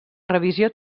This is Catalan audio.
revisió